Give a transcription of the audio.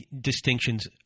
distinctions